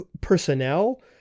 personnel